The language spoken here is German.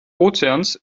ozeans